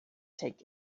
take